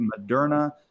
Moderna